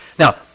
Now